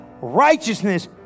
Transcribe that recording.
righteousness